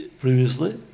previously